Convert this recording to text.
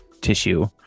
tissue